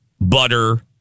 butter